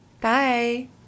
Bye